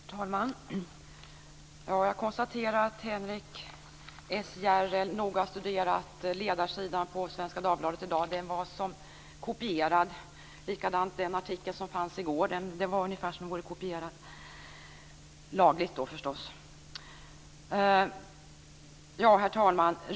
Herr talman! Jag konstaterar att Henrik S Järrel noga har studerat ledarsidan i Svenska Dagbladet i dag. Den var som kopierad. Likadant var det med artikeln i går. Den var ungefär som kopierad, lagligt då förstås. Herr talman!